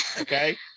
okay